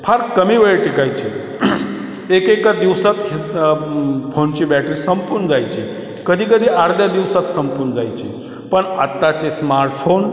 फार कमी वेळ टिकायचे एकेका दिवसात ही फोनची बॅटरी संपून जायची कधीकधी अर्ध्या दिवसात संपून जायची पण आत्ताचे स्मार्टफोन